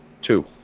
Two